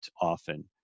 often